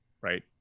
right